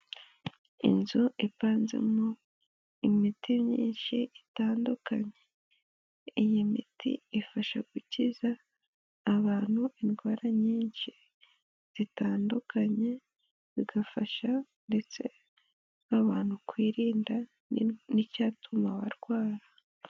Inzu ipanzemo imiti myinshi itandukanye, iyi miti ifasha gukiza abantu indwara nyinshi zitandukanye, bigafasha ndetse abantu kwirinda n'icyatuma barwara.